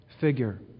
figure